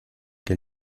que